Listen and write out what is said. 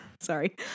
Sorry